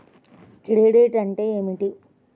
Credit అంటే ఏమిటి?